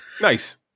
nice